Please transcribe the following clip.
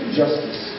justice